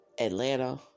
Atlanta